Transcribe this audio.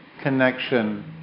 connection